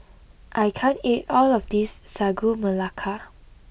I can't eat all of this Sagu Melaka